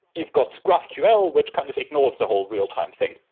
you've got graphql, which kind of ignores the whole real-time thing.